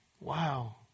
Wow